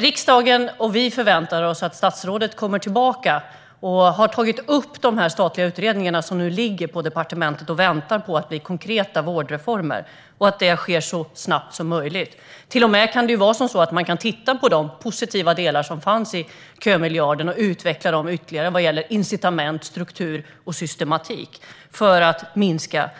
Riksdagen och vi förväntar oss att statsrådet kommer tillbaka och har tagit upp de statliga utredningar som nu ligger på departementet och väntar på att bli konkreta vårdreformer och att detta sker så snabbt som möjligt. Det kan till och med vara så att man kan titta på de positiva delar som fanns i kömiljarden och utveckla dem ytterligare när det gäller incitament, struktur och systematik, för att minska